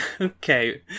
Okay